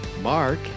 Mark